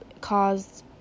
caused